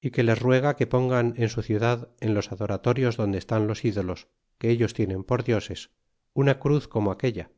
y que les ruega que pongan en su ciudad en los adoratorios donde estan los ídolos que ellos tienen por dioses una cruz como aquella